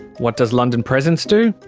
what does london presence do?